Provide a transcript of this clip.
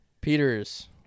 Peters